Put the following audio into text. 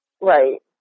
right